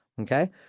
Okay